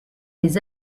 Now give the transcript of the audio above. des